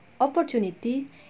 opportunity